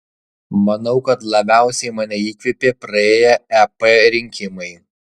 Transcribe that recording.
manau kad labiausiai mane įkvėpė praėję ep rinkimai